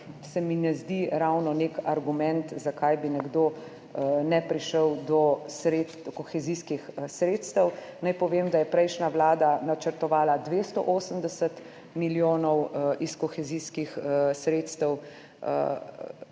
se mi ne zdi ravno nek argument, zakaj bi nekdo ne prišel do kohezijskih sredstev. Naj povem, da je prejšnja vlada načrtovala 280 milijonov iz kohezijskih sredstev,